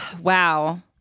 Wow